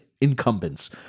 incumbents